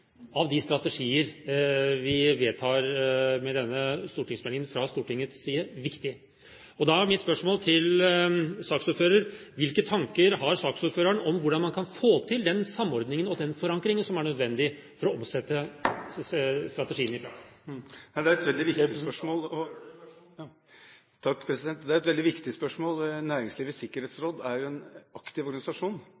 av de strategiene vi fra Stortingets side vedtar med denne stortingsmeldingen, viktig. Da er mitt spørsmål til saksordføreren: Hvilke tanker har han om hvordan man kan få til den samordningen og den forankringen som er nødvendig for å omsette strategien til praksis? Dette er et veldig viktig spørsmål. Næringslivets Sikkerhetsråd er en aktiv organisasjon, som tar mange initiativ og har kommet med veldig